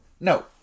no